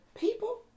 people